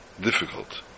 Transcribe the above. difficult